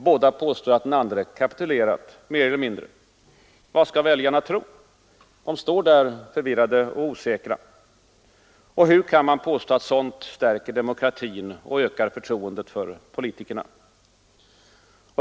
Båda påstår att den andra mer eller mindre kapitulerat. Vad skall väljarna tro? De står där förvirrade och osäkra. Hur kan man påstå att sådant stärker demokratin och ökar förtroendet för politikerna?